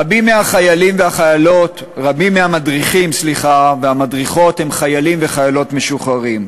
רבים מהמדריכים והמדריכות הם חיילים וחיילות משוחררים.